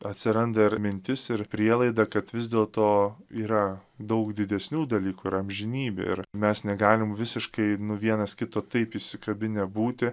atsiranda ir mintis ir prielaida kad vis dėlto yra daug didesnių dalykų yra amžinybė ir mes negalim visiškai vienas kito taip įsikabinę būti